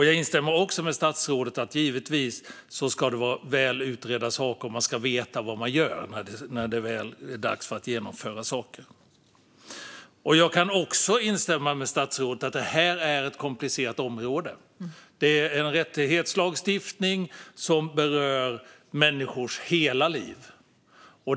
Jag instämmer med statsrådet om att det givetvis ska vara väl utredda åtgärder. Man ska veta vad man gör när det väl är dags att genomföra saker. Jag kan också instämma med statsrådet om att det här är ett komplicerat område. Det är en rättighetslagstiftning som berör människors hela liv.